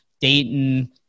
Dayton